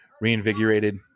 reinvigorated